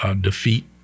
defeat